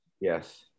yes